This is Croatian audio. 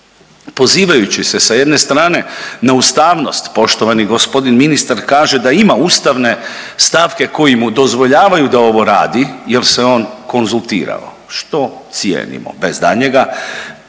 Pozivajući se sa jedne strane na ustavnost poštovani g. ministar kaže da ima ustavne stavke koji mu dozvoljavaju da ovo radi jel se on konzultirao, što cijenimo, bez daljnjega